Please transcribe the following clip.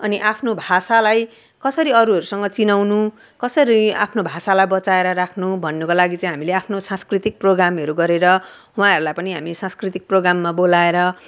अनि आफ्नो भाषालाई कसरी अरूहरूसँग चिनाउनु कसरी आफ्नो भाषालाई बचाएर राख्नु भन्नुको लागि चाहिँ हामीले आफ्नो सांस्कृतिक प्रोग्रामहरू गरेर उहाँहरूलाई पनि हामी सांस्कृतिक प्रोग्राममा बोलाएर